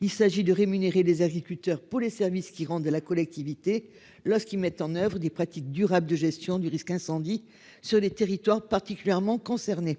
Il s'agit de rémunérer les agriculteurs pour les services qu'ils rendent de la collectivité lorsqu'ils mettent en oeuvre des pratiques durables de gestion du risque incendie sur les territoires particulièrement concernés.